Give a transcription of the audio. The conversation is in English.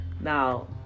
Now